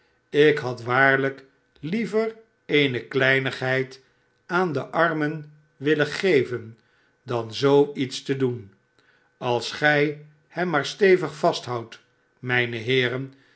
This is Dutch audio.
ik had waarlijk liever eene kleinigheid aan de armen willen geven dan zoo iets te doen als gij hem maar stevig vasthoudt t mijne heeren